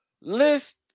list